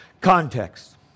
context